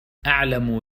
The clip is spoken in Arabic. أعلم